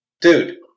dude